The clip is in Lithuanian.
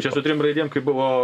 čia su trim raidėm buvo